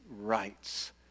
rights